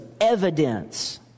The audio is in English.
evidence